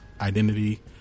identity